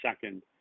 second